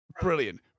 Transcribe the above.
Brilliant